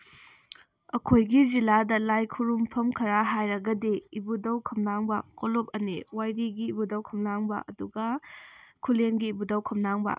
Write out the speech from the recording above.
ꯑꯩꯈꯣꯏꯒꯤ ꯖꯤꯜꯂꯥꯗ ꯂꯥꯏ ꯈꯨꯔꯨꯝꯐꯝ ꯈꯔ ꯍꯥꯏꯔꯒꯗꯤ ꯏꯕꯨꯗꯧ ꯈꯝꯂꯥꯡꯕ ꯀꯣꯂꯨꯞ ꯑꯅꯤ ꯋꯥꯏꯔꯤꯒꯤ ꯏꯕꯨꯗꯧ ꯈꯝꯂꯥꯡꯕ ꯑꯗꯨꯒ ꯈꯨꯂꯦꯝꯒꯤ ꯏꯕꯨꯗꯧ ꯈꯝꯂꯥꯡꯕ